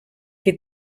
que